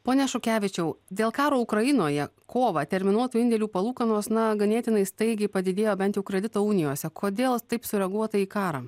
pone šukevičiau dėl karo ukrainoje kovą terminuotų indėlių palūkanos na ganėtinai staigiai padidėjo bent jau kredito unijose kodėl taip sureaguota į karą